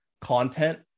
content